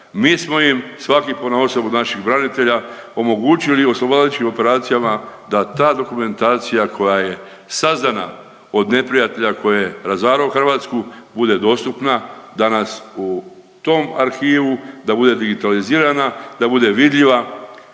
Mi smo im svaki ponaosob od naših branitelja omogućili u oslobodilačkim operacijama da ta dokumentacija koja je sazdana od neprijatelja koji je razarao Hrvatsku bude dostupna, danas u tom arhivu, da bude digitalizirana, da bude vidljiva